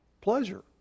Pleasure